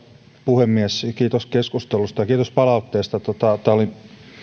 puhemies kiitos keskustelusta ja kiitos palautteesta tämä oli